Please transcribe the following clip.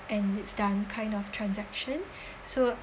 and it's done kind of transaction so